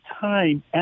time